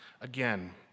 Again